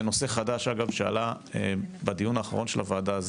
ונושא חדש שעלה בדיון האחרון של הוועדה זה